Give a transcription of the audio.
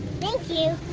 thank you!